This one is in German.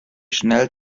schnell